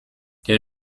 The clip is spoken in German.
der